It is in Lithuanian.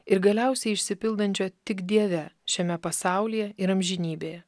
ir galiausiai išsipildančio tik dieve šiame pasaulyje ir amžinybėje